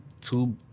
two